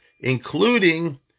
including